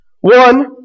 One